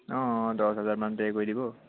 অঁ দহ হাজাৰ মান পে' কৰি দিব